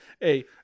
hey